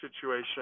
situation